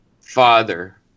father